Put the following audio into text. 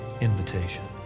invitation